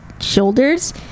shoulders